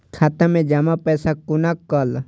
खाता मैं जमा पैसा कोना कल